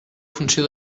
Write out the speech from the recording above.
funció